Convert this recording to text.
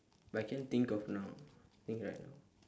but I can't think of now think right now